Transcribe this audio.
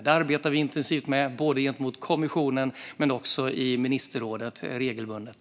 Det arbetar vi intensivt med gentemot kommissionen men också regelbundet i ministerrådet.